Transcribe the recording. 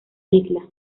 isla